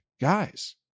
guys